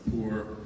poor